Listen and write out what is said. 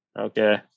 Okay